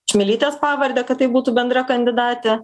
čmilytės pavardę kad tai būtų bendrą kandidatė